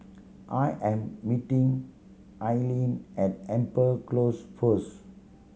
I am meeting Aileen at Amber Close first